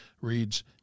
reads